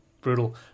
brutal